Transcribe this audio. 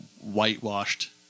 whitewashed